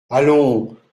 allons